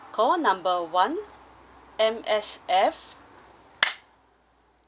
call number one M_S_F